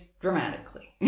dramatically